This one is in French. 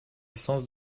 sens